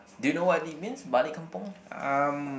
do you know what it means balik kampung